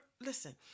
listen